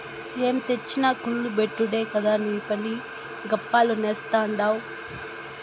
ఏం తెచ్చినా కుల్ల బెట్టుడే కదా నీపని, గప్పాలు నేస్తాడావ్